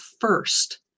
first